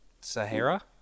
Sahara